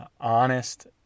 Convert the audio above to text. honest